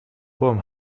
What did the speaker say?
poem